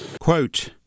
Quote